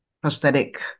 prosthetic